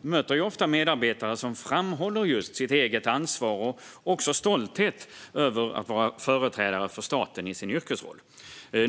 möter jag ofta medarbetare som framhåller sitt eget ansvar och stoltheten över att i sin yrkesroll vara företrädare för staten.